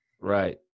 Right